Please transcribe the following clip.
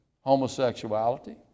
homosexuality